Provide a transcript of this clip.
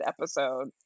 episode